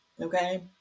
Okay